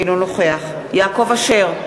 אינו נוכח יעקב אשר,